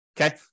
Okay